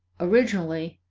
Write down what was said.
originally,